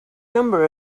number